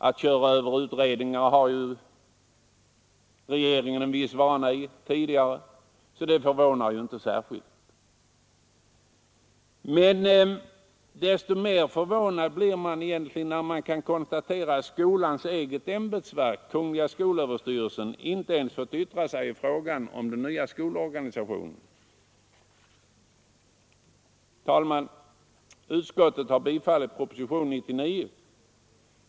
Att köra över utredningar har ju regeringen en viss vana i tidigare, och det förvånar inte särskilt. Desto mer förvånad blir man när man kan konstatera att skolans eget ämbetsverk skolöverstyrelsen inte ens fått yttra sig över den nya skolorganisationen. Herr talman! Utskottet har tillstyrkt propositionen 99.